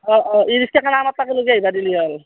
অঁ অঁ ই ৰিক্সা এখন আনা তাকে লৈ আহবা দিলে হ'ল